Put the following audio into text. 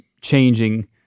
changing